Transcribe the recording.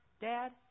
dad